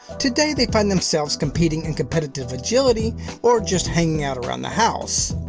today, they find themselves competing in competitive agility or just hanging out around the house.